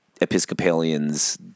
Episcopalians